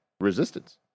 Resistance